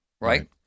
right